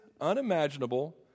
unimaginable